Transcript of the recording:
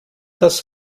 das